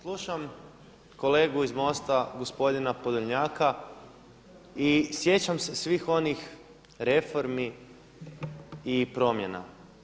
Slušam kolegu iz MOST-a, gospodina Podolnjaka i sjećam se svih onih reformi i promjena.